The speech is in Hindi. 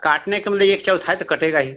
काटने का मतलब एक चौथाई तो कटेगा ही